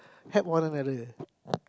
help one another